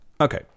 Okay